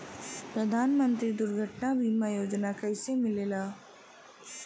प्रधानमंत्री दुर्घटना बीमा योजना कैसे मिलेला?